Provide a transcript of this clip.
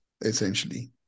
essentially